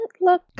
look